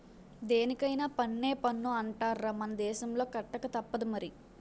దేనికైన పన్నే పన్ను అంటార్రా మన దేశంలో కట్టకతప్పదు మరి